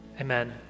amen